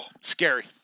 Scary